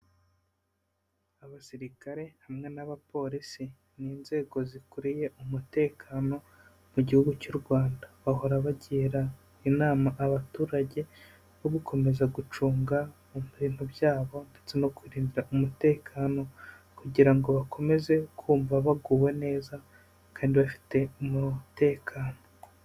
Abasirikare hamwe n'abapolisi ni inzego zikuriye umutekano mu gihugu cy'u Rwanda. Bahora bagira inama abaturage yo gukomeza gucunga ibintu byabo ndetse no kurinda umutekano kugira ngo bakomeze kumva baguwe neza kandi bafite umutekano.